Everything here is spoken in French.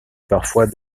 parfois